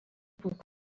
kuko